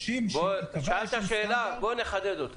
שאלת שאלה, בוא נחדד אותה.